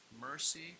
mercy